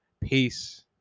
Peace